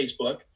Facebook